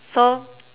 so